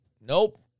Nope